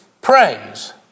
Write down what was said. praise